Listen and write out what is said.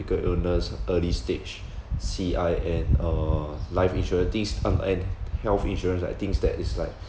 critical illness early stage C_I and uh life insurance things um and health insurance I think it's that is like